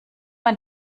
man